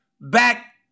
back